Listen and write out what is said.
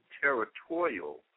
territorial